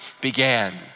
began